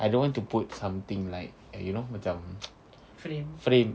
I don't want to put something like you know macam frame